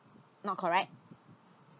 not correct